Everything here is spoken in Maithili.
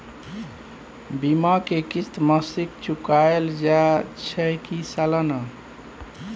बीमा के किस्त मासिक चुकायल जाए छै की सालाना?